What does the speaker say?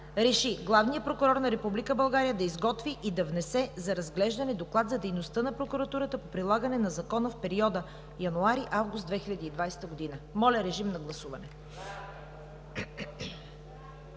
„РЕШИ: Главният прокурор на Република България да изготви и да внесе за разглеждане доклад за дейността на прокуратурата по прилагане на закона в периода януари – август 2020 г.“ Сега гласуваме